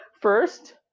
First